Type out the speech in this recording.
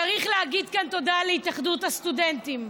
צריך להגיד כאן תודה להתאחדות הסטודנטים,